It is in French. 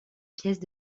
pièces